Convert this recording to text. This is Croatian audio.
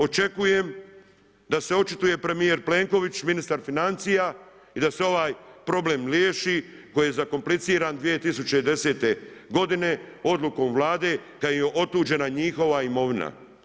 Očekujem da se očituje premijer Plenković, ministar financija i da se ovaj problem riješi koji je zakompliciran 2010. godine odlukom vlade kad im je otuđena njihova imovina.